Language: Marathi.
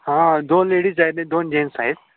हां दोन लेडीज आहेत नी दोन जेंट्स आहेत